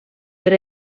per